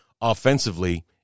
offensively